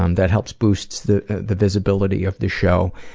um that helps boost the the visibility of the show.